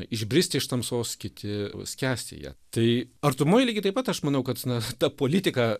išbristi iš tamsos kiti skęsti joje tai artumoj lygiai taip pat aš manau kad na ta politika